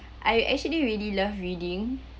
I actually really love reading